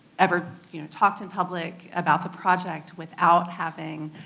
ever, you know talked in public about the project without having